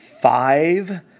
five